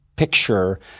picture